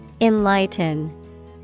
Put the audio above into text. Enlighten